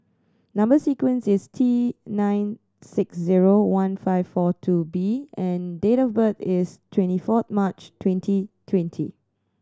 number sequence is T nine six zero one five four two B and date of birth is twenty four March twenty twenty